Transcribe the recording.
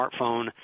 smartphone